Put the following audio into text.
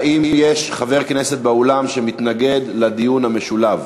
האם יש חבר כנסת באולם, שמתנגד לדיון משולב?